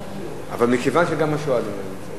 אבל, מכיוון שגם השואלים לא נמצאים,